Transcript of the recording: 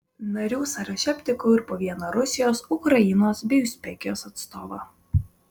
narių sąraše aptikau ir po vieną rusijos ukrainos bei uzbekijos atstovą